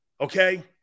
Okay